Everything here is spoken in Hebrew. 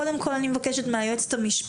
קודם כל אני מבקשת מהיועצת המשפטית,